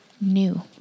new